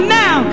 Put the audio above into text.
now